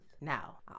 Now